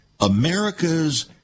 America's